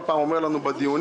כל פעם אומר לנו בדיונים,